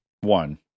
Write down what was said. one